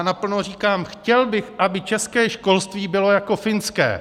Naplno říkám: chtěl bych, aby české školství bylo jako finské.